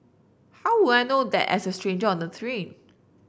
how would I know that as a stranger on the train